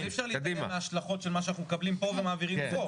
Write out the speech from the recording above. אבל אי-אפשר להתעלם מההשלכות של מה שאנחנו מקבלים פה ומעבירים פה.